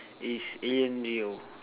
is alien real